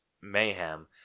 mayhem